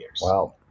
Wow